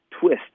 twist